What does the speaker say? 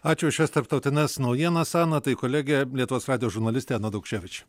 ačiū šias tarptautines naujienas ana tai kolegė lietuvos radijo žurnalistė ana daukševič